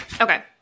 Okay